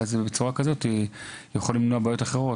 ואז בצורה כזאת יוכלו למנוע בעיות אחרות.